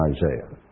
Isaiah